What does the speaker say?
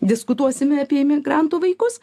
diskutuosime apie emigrantų vaikus